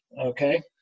okay